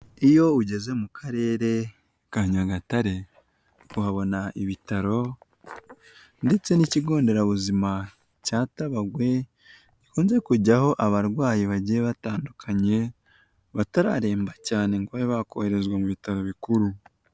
Iyo ugeze mu karere ka Nyagatare uhabona ibitaro ndetse n'ikigo nderabuzima cya Tabagwe gikunze kujyaho abarwayi bagiye batandukanye batararemba cyane ngo babe bakoherezwa mu bitaro bikuru.